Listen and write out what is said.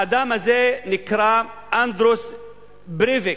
האדם הזה נקרא אנדרס ברייוויק.